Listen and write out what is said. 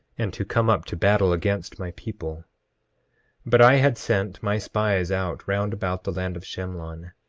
and to come up to battle against my people but i had sent my spies out round about the land of shemlon,